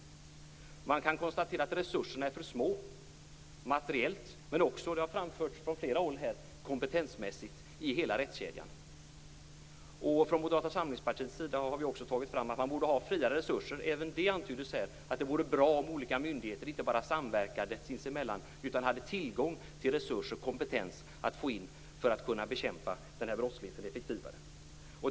Man kan konstatera att resurserna är för små materiellt. Men de är också, som har framförts från flera håll, för små kompetensmässigt i hela rättskedjan. Moderata samlingspartiet har också framfört att man borde ha fria resurser. Även det har antytts här. Det vore bra om olika myndigheter inte bara samverkade sinsemellan utan också hade tillgång till resurser och kompetens för att kunna bekämpa den här brottsligheten effektivare.